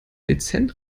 dezent